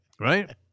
Right